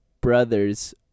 Brothers